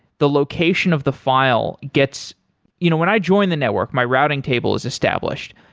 the location of the file gets you know when i joined the network, my routing table is established.